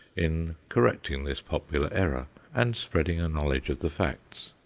in correcting this popular error, and spreading a knowledge of the facts.